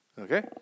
Okay